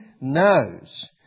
knows